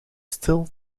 still